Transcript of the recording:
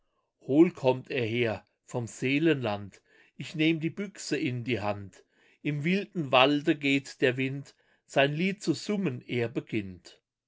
hohl kommt er her vom seelenland ich nehm die büchse in die hand im wilden walde geht der wind sein lied zu summen er beginnt